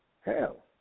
hell